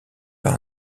par